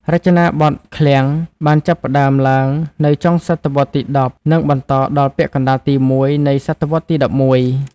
រចនាបថឃ្លាំងបានចាប់ផ្តើមឡើងនៅចុងសតវត្សរ៍ទី១០ និងបន្តដល់ពាក់កណ្តាលទី១នៃសតវត្សរ៍ទី១១។